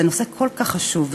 זה נושא כל כך חשוב,